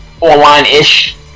online-ish